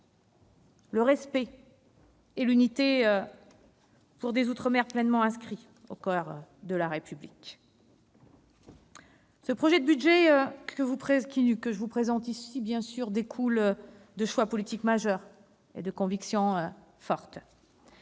le respect et l'unité, pour des outre-mer pleinement inscrits au coeur de la République. Le projet de budget que je vous présente découle bien sûr de choix politiques majeurs et de convictions fortes.